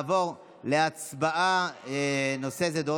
מתוך פרק כ"א בחוק התוכנית הכלכלית (תיקוני חקיקה ליישום